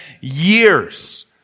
years